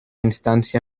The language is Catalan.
instància